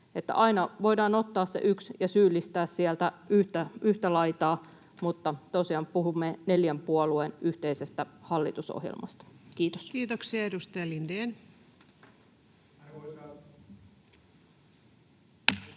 Aina voidaan ottaa se yksi ja syyllistää sieltä yhtä laitaa, mutta tosiaan puhumme neljän puolueen yhteisestä hallitusohjelmasta. — Kiitos. [Speech 183]